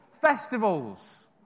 Festivals